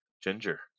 ginger